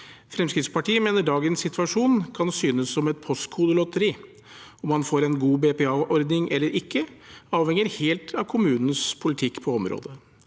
Fremskrittspartiet mener dagens situasjon kan synes som et postkodelotteri: Om man får en god BPA-ordning eller ikke, avhenger helt av kommunens politikk på området.